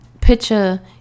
picture